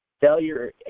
failure